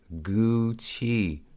Gucci